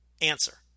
answer